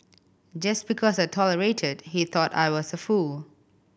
just because I tolerated he thought I was a fool